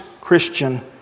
christian